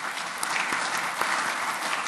(מחיאות כפיים)